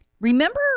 Remember